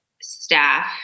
staff